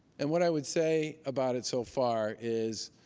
and what i would say about it so far is,